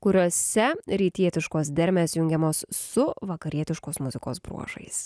kuriose rytietiškos dermės jungiamos su vakarietiškos muzikos bruožais